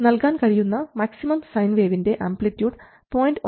നൽകാൻ കഴിയുന്ന maximum sine വേവിൻറെ ആംപ്ലിറ്റ്യൂഡ് 0